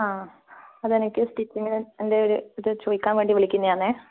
ആ അതെനിക്ക് സ്റ്റിച്ചിങ്ങിൻ്റെ ഒരിത് ചോദിക്കാൻ വേണ്ടി വിളിക്കുന്നതാണേ